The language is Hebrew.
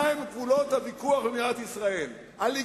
מהם גבולות הוויכוח הלגיטימיים,